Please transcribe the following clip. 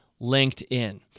LinkedIn